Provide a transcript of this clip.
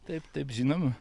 taip taip žinoma